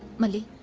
malli?